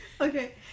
Okay